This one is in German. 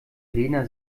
lena